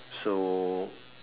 so